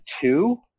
two